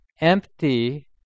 empty